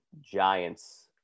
Giants